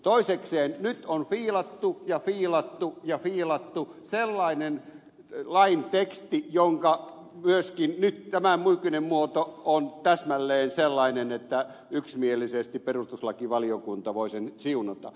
toisekseen nyt on fiilattu ja fiilattu ja fiilattu sellainen lain teksti jonka nykyinen muoto on täsmälleen sellainen että yksimielisesti perustuslakivaliokunta myös voi sen siunata